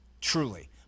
truly